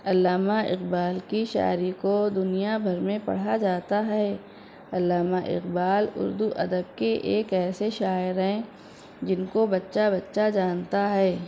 علامہ اقبال کی شاعری کو دنیا بھر میں پڑھا جاتا ہے علامہ اقبال اردو ادب کے ایک ایسے شاعر ہیں جن کو بچہ بچہ جانتا ہے